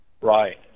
right